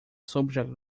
subject